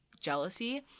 jealousy